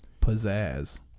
pizzazz